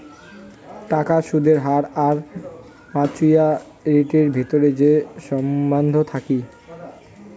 টাকার সুদের হার আর মাচুয়ারিটির ভিতরে যে সম্বন্ধ থাকি